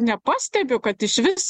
nepastebiu kad iš vis